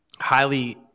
highly